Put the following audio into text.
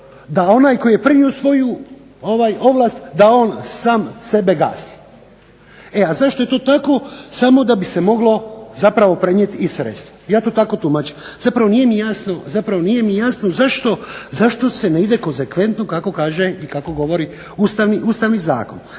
da onaj koji je prvi usvojio ovlast da on sam sebe gasi. E a zašto je to tako? Samo da bi se moglo zapravo prenijeti i sredstva. Ja to tako tumačim. Zapravo nije mi jasno zašto se ne ide konzekventno kako kaže i kako govori Ustavni zakon.